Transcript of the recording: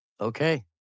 Okay